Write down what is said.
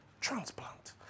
Transplant